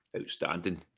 Outstanding